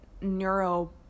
neuro